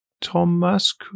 Thomas